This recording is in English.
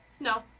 No